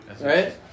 Right